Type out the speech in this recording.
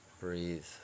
breathe